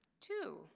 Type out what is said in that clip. Two